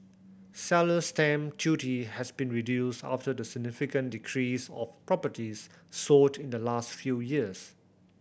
seller's stamp duty has been reduced after the significant decrease of properties sold in the last few years